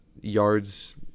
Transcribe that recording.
yards